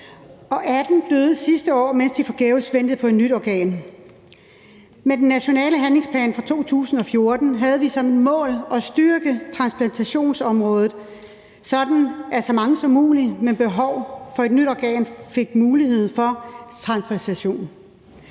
18 døde sidste år, mens de forgæves ventede på et nyt organ. Med den nationale handlingsplan fra 2014 havde vi som et mål at styrke transplantationsområdet, så så mange som muligt med behov for et nyt organ fik mulighed for transplantation.